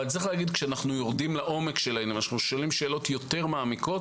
אבל כשיורדים לעומק וכשאנחנו שואלים יותר מעמיקות